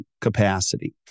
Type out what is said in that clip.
capacity